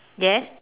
yes